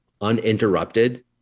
uninterrupted